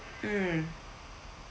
mm